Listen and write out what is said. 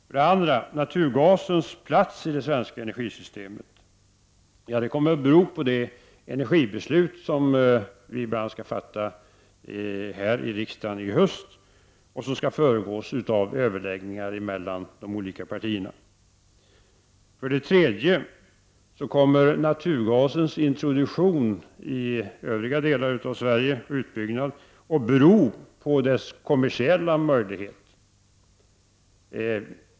För det andra kommer naturgasens plats i det svenska energisystemet att bero på det energibeslut som vi skall fatta här i riksdagen i höst och som skall föregås av överläggningar mellan de olika partierna. För det tredje kommer naturgasens introduktion och utbyggnad i övriga delar av Sverige att bero på dess kommersiella möjligheter.